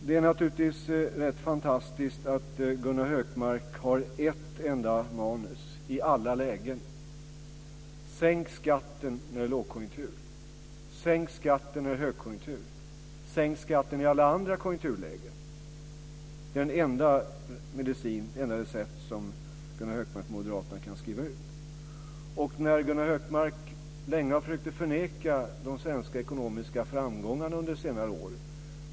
Det är naturligtvis ganska fantastiskt att Gunnar Hökmark har ett enda manus i alla lägen: Sänk skatten när det är lågkonjunktur, sänk skatten när det är högkonjunktur, sänk skatten i alla andra konjunkturlägen. Det är det enda recept som Gunnar Hökmark och moderaterna kan skriva ut. Gunnar Hökmark har länge försökt förneka de svenska ekonomiska framgångarna under senare år.